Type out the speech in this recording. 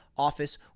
office